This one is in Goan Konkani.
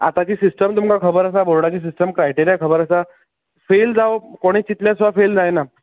आताची सिस्टम तुमकां खबर आसा बॉर्डाची सिस्टम क्रायटेरयी तुमका खबर आसा फेल जावप कोण चितल्यार सुदा फेल जायना